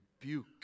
rebuke